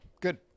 Good